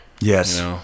Yes